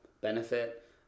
benefit